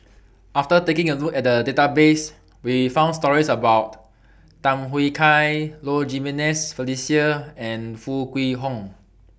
after taking A Look At The Database We found stories about Tham Yui Kai Low Jimenez Felicia and Foo Kwee Horng